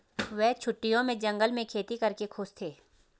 वे छुट्टियों में जंगल में खेती करके खुश थे